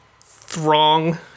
throng